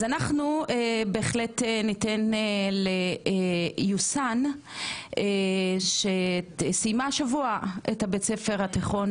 אז אנחנו בהחלט ניתן ליוסן שסיימה השבוע את בית הספר התיכון